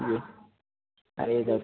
जी अरे जब